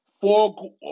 Four